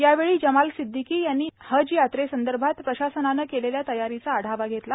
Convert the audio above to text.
यावेळी जमाल सिद्दिकी यांनी हज यात्रेसंदर्भात प्रशासनाने केलेल्या तयारीचा आढावा घेतला